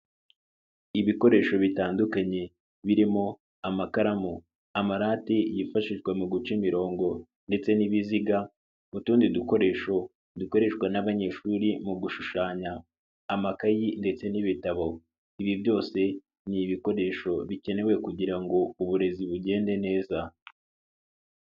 Ibikoresho bitandukanye birimo amakaramu, amarate yifashishwa mu guca imirongo ndetse n'ibiziga n'utundi dukoresho dukoreshwa n'abanyeshuri mu gushushanya, amakayi ndetse n'ibitabo, ibi byose ni ibikoresho bikenewe kugira ngo uburezi bugende neza.